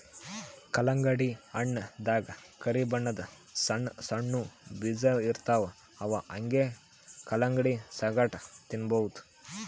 ಕಲ್ಲಂಗಡಿ ಹಣ್ಣ್ ದಾಗಾ ಕರಿ ಬಣ್ಣದ್ ಸಣ್ಣ್ ಸಣ್ಣು ಬೀಜ ಇರ್ತವ್ ಅವ್ ಹಂಗೆ ಕಲಂಗಡಿ ಸಂಗಟ ತಿನ್ನಬಹುದ್